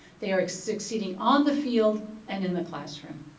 they are succeeding on the field and in the classroom.